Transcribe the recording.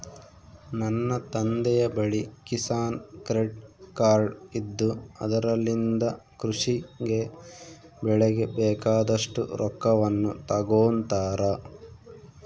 ನನ್ನ ತಂದೆಯ ಬಳಿ ಕಿಸಾನ್ ಕ್ರೆಡ್ ಕಾರ್ಡ್ ಇದ್ದು ಅದರಲಿಂದ ಕೃಷಿ ಗೆ ಬೆಳೆಗೆ ಬೇಕಾದಷ್ಟು ರೊಕ್ಕವನ್ನು ತಗೊಂತಾರ